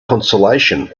consolation